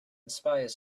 spies